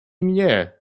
mnie